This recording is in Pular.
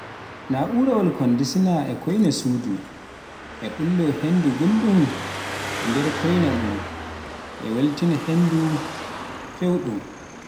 naurawal Kondiseer e cooyna suudu e, Pullo henndu ngulndu e nder, Cooyna ɗum e Yaltinde henndu cooyndu